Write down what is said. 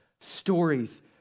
stories